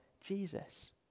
Jesus